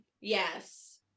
Yes